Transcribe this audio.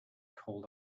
called